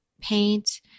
paint